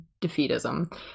defeatism